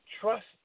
trust